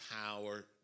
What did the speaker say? power